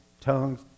tongues